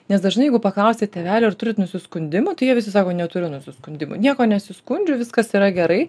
nes dažnai jeigu paklausia tėvelio ar turit nusiskundimų tai jie visi sako neturiu nusiskundimų niekuo nesiskundžiu viskas yra gerai